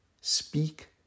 speak